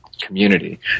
community